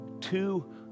two